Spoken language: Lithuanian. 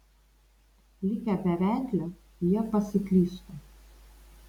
likę be vedlio jie pasiklystų